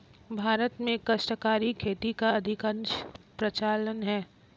भारत में काश्तकारी खेती का अधिकांशतः प्रचलन है